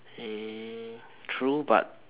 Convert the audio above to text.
eh true but